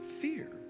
fear